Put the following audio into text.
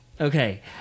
okay